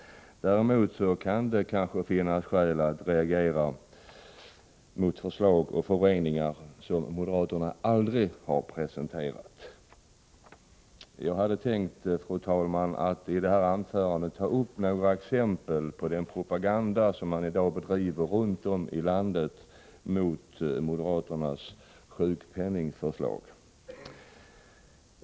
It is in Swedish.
Däremot kan det kanske finnas skäl att reagera mot förslag och förvrängningar som moderaterna aldrig har presenterat. Jag hade tänkt, fru talman, att i detta anförande ta upp några exempel på den propaganda som man i dag bedriver runt om i landet mot moderaternas sjukpenningförslag.